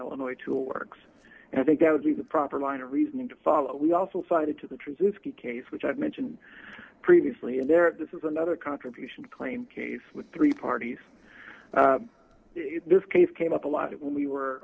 illinois tool works and i think that would be the proper line of reasoning to follow we also cited to the trees in this case which i've mentioned previously and there this is another contribution claim case with three parties this case came up a lot when we were